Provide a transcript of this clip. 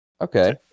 Okay